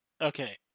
Okay